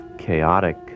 chaotic